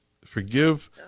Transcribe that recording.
Forgive